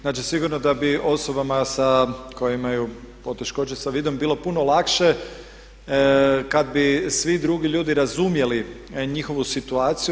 Znači, sigurno da bi osobama sa, koje imaju poteškoće sa vidom bilo puno lakše kad bi svi drugi ljudi razumjeli njihovu situaciju.